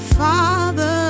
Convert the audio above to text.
father